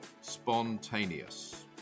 spontaneous